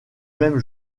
même